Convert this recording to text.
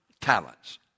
talents